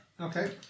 Okay